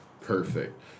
perfect